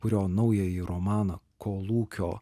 kurio naująjį romaną kolūkio